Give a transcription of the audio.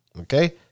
okay